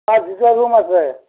তাত দুটা ৰূম আছে